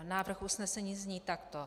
Návrh usnesení zní takto: